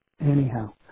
anyhow